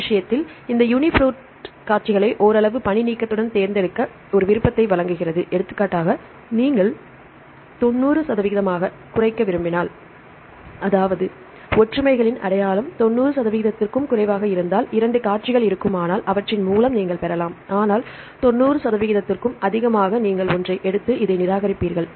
இந்த விஷயத்தில் இந்த யுனிபிரோட் இந்த காட்சிகளை ஓரளவு பணிநீக்கத்துடன் தேர்ந்தெடுக்க ஒரு விருப்பத்தை வழங்குகிறது எடுத்துக்காட்டாக நீங்கள் 90 சதவீதமாகக் குறைக்க விரும்பினால் அதாவது ஒற்றுமைகளின் அடையாளம் 90 சதவிகிதத்திற்கும் குறைவாக இருந்தால் இரண்டு காட்சிகள் இருக்குமானால் அவற்றின் மூலம் நீங்கள் பெறலாம் ஆனால் 90 சதவிகிதத்திற்கும் அதிகமாக நீங்கள் ஒன்றை எடுத்து இதை நிராகரிப்பீர்கள்